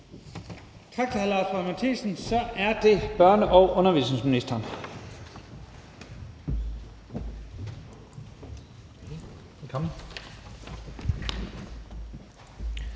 Tak til hr. Lars Boje Mathiesen. Så er det børne- og undervisningsministeren.